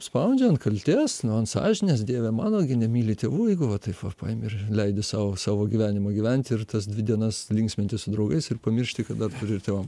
spaudžia ant kaltės nu ant sąžinės dieve mano gi nemyli tėvų jeigu va taip va paimi ir leidi sau savo gyvenimą gyventi ir tas dvi dienas linksmintis su draugais ir pamiršti kad dar turi ir tėvam